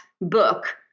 book